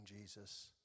Jesus